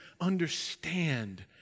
understand